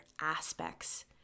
aspects